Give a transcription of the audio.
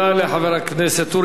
משפט אחרון.